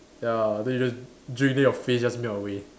ya then you just drink then your face just melt away